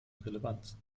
relevanz